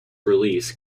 release